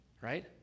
right